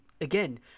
again